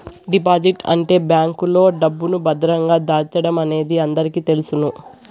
deposit అంటే బ్యాంకులో డబ్బును భద్రంగా దాచడమనేది అందరికీ తెలుసును